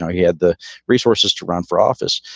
he had the resources to run for office.